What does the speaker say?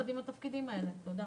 תודה.